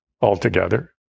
altogether